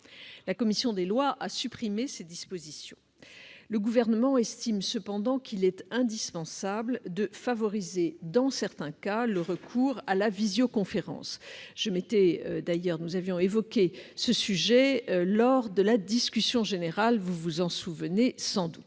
commission des lois a supprimé ces dispositions. Le Gouvernement estime cependant qu'il est indispensable de favoriser, dans certains cas, le recours à la visioconférence. Nous avions évoqué ce sujet lors de la discussion générale ; vous vous en souvenez sans doute,